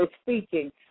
speaking